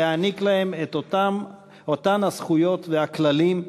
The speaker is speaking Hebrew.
להעניק להם את אותם הזכויות והכללים,